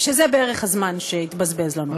שזה בערך הזמן שהתבזבז לנו.